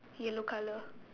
yellow colour